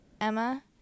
Emma